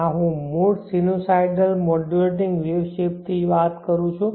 આ હું મૂળ સિનુસાઇડલ મોડ્યુલેટિંગ વેવના શેપ થી બાદ કરું છું